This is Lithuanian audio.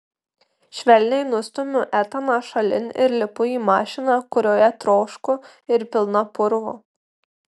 švelniai nustumiu etaną šalin ir lipu į mašiną kurioje trošku ir pilna purvo